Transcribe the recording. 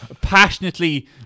Passionately